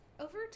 over